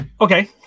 Okay